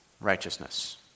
righteousness